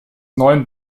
neuen